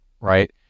right